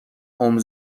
عمر